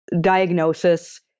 diagnosis